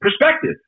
perspective